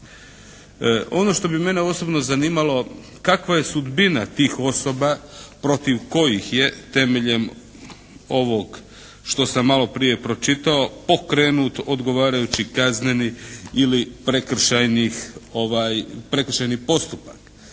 Ono što bi mene osobno zanimalo, kakva je sudbina tih osoba protiv kojih je temeljem ovog što sam maloprije pročitao pokrenut odgovarajući kazneni ili prekršajni postupak?